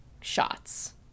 shots